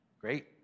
Great